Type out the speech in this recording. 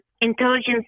intelligence